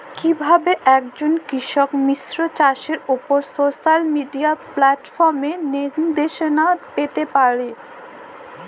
কিভাবে একজন কৃষক মিশ্র চাষের উপর সোশ্যাল মিডিয়া প্ল্যাটফর্মে নির্দেশনা পেতে পারে?